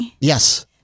Yes